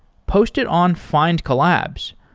post it on findcollabs.